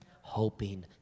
hoping